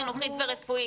חינוכית ורפואית.